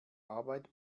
arbeit